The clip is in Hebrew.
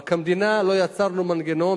אבל כמדינה לא יצרנו מנגנון.